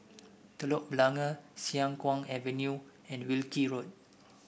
Telok Blangah Siang Kuang Avenue and Wilkie Road